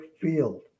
field